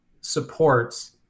supports